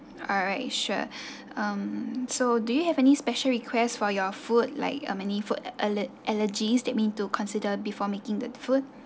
alright sure um so do you have any special request for your food like um any food ale~ allergies let me to consider before making the food